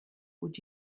would